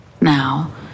Now